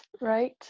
Right